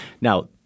Now